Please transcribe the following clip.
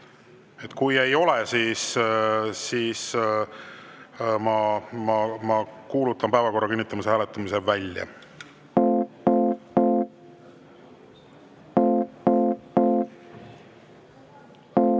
Kui ei ole, siis ma kuulutan välja päevakorra kinnitamise hääletamise.